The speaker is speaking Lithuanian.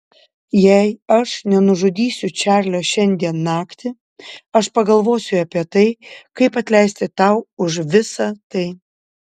jei aš nenužudysiu čarlio šiandien naktį aš pagalvosiu apie tai kaip atleisti tau už visą tai